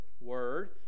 Word